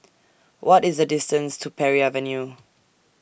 What IS The distance to Parry Avenue